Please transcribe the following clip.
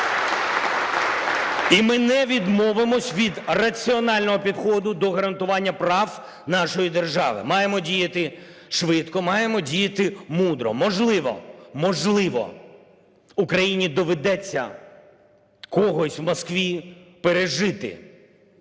І ми не відмовимося від раціонального підходу до гарантування прав нашої держави. Маємо діяти швидко, маємо діяти мудро. Можливо, можливо, Україні доведеться когось в Москві пережити,